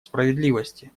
справедливости